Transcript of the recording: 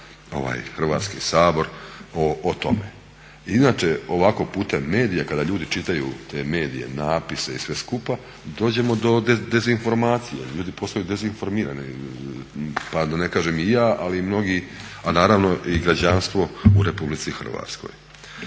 Hrvatski sabor o tome. Inače ovako putem medija kada ljudi čitaju te medije, napise i sve skupa, dođemo do dezinformacije, ljudi postaju dezinformirani pa da ne kažem i ja, ali i mnogi, a naravno i građanstvo u Republici Hrvatskoj.